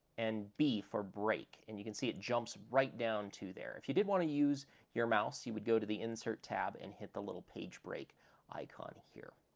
and b for break. and you can see it jumps right down to there. if you did want to use your mouse, you would go to the insert tab and hit the little page break icon here.